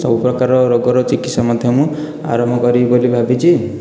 ସବୁ ପ୍ରକାର ରୋଗର ଚିକିତ୍ସା ମଧ୍ୟ ମୁଁ ଆରମ୍ଭ କରିବି ବୋଲି ଭାବିଛି